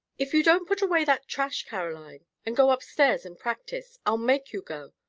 if you don't put away that trash, caroline, and go upstairs and practise, i'll make you go!